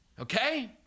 Okay